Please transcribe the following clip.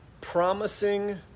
promising